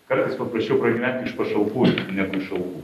kartais paprasčiau pragyventi iš pašalpų negu iš algų